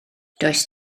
does